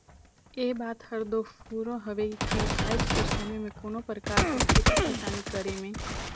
ए बात हर दो फुरों हवे कि आएज कर समे में कोनो परकार कर खेती किसानी करे में